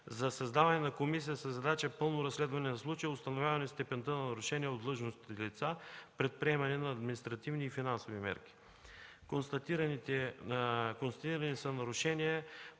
за създаване на комисия със задача пълно разследване на случая и установяване степента на нарушение от длъжностните лица, предприемане на административни и финансови мерки. Констатирани са нарушения